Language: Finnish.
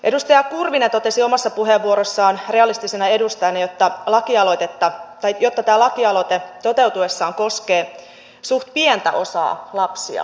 edustaja kurvinen totesi omassa puheenvuorossaan realistisena edustajana että tämä lakialoite toteutuessaan koskee suhteellisen pientä osaa lapsia